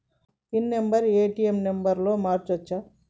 Pin number ATM లో మార్చచ్చా?